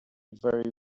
very